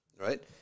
Right